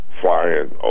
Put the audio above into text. flying